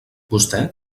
vostè